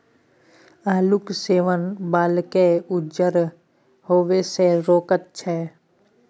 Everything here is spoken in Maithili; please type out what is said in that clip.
आलूक सेवन बालकेँ उज्जर हेबासँ रोकैत छै